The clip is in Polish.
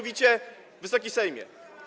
Wysoki Sejmie!